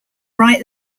right